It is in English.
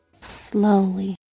Slowly